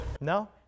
No